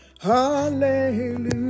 hallelujah